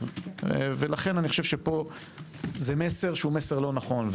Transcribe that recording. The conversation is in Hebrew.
לכן פה זה מסר לא נכון,